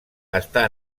està